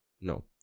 no